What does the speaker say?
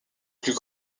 plus